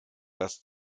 das